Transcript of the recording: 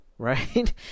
right